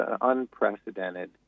unprecedented